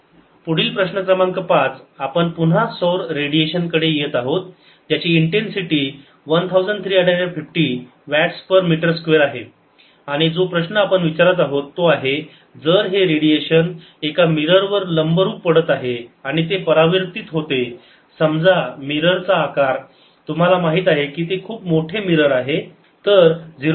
0×4π Vm 2×1350×4π×9×1093×108 ≅103 Vm पुढील प्रश्न क्रमांक पाच आपण पुन्हा सौर रेडिएशन कडे येत आहोत ज्याची intensity 1350 watts per metre square आहे आणि जो प्रश्न आपण विचारत आहोत तो आहे जर हे रेडिएशन एका मिरर वर लंबरूप पडत आहे आणि ते परावर्तित होते समजा मिरर चा आकार तुम्हाला माहित आहे की ते खूप मोठे मिरर आहे तर 0